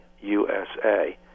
USA